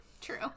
true